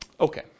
Okay